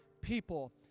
people